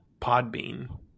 Podbean